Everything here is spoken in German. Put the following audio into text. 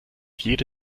jede